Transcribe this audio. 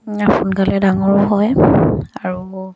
সোনকালে ডাঙৰো হয় আৰু